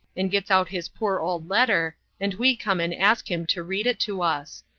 and gets out his poor old letter, and we come and ask him to read it to us.